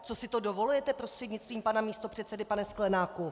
Co si to dovolujete, prostřednictvím pana místopředsedy, pane Sklenáku!